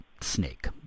snake